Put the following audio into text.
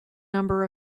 number